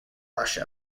russia